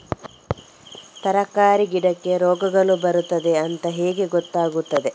ತರಕಾರಿ ಗಿಡಕ್ಕೆ ರೋಗಗಳು ಬರ್ತದೆ ಅಂತ ಹೇಗೆ ಗೊತ್ತಾಗುತ್ತದೆ?